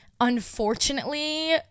unfortunately